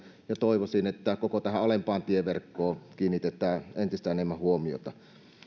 toivoisin että koko tähän alempaan tieverkkoon kiinnitetään entistä enemmän huomiota